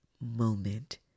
moment